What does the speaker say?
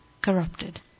corrupted